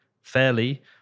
fairly